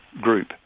group